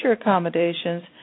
accommodations